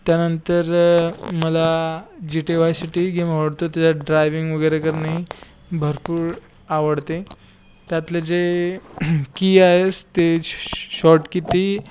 त्यानंतर मला G T vice city ही गेम आवडते त्यात ड्रायविंग वगैरे करणे भरपूर आवडते त्यातले जे की आहे ते शॉर्ट की ते ही